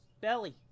Belly